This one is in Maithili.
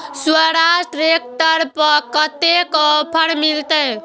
स्वराज ट्रैक्टर पर कतेक ऑफर मिलते?